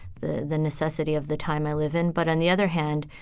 the the necessity of the time i live in. but on the other hand,